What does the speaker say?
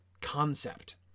concept